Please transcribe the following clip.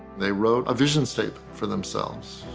they wrote a vision statement for themselves,